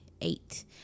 Eight